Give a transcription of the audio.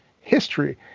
history